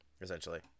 Essentially